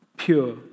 pure